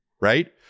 right